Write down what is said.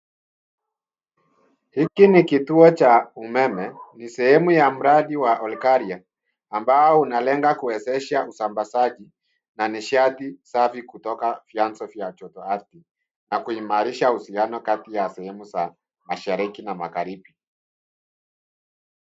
Hiki ni kituo cha umeme. Ni sehemu ya mradi wa Olkaria ambao unalenga kuwezesha usambazaji na nishati safi kutoka vyanzo vya jotoardhi na kuimarisha uhusiano kati ya sehemu za mashariki na magharibi.